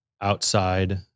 outside